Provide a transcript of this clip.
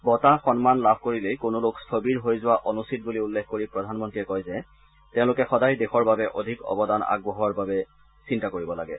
বঁটা সন্মান লাভ কৰিলেই কোনো লোক স্থবিৰ হৈ যোৱা অনুচিত বুলি উল্লেখ কৰি প্ৰধানমন্ত্ৰীয়ে কয় যে তেওঁলোকে সদায় দেশৰ বাবে অধিক অৱদান আগবঢ়োৱাৰ বাবে চিন্তা কৰিব লাগে